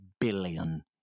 billion